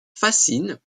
fascine